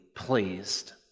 pleased